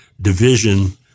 division